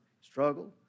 struggle